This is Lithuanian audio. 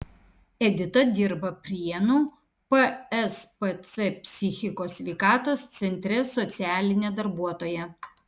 edita dirba prienų pspc psichikos sveikatos centre socialine darbuotoja